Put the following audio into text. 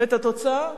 את התוצאה.